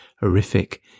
horrific